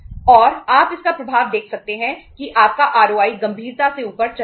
और आप इसका प्रभाव देख सकते हैं कि आपका आरओआई हो गया